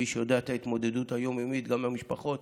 כמי שיודע את ההתמודדות היום-יומית גם של המשפחות,